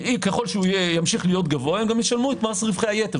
ככל שימשיך להיות גבוה, הם ישלמו מס רווחי היתר.